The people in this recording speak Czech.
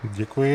Děkuji.